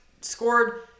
scored